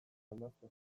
hamazazpi